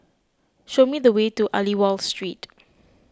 show me the way to Aliwal Street